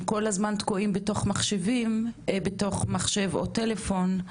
הם כל הזמן תקועים בתוך מחשב או טלפון,